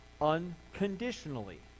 unconditionally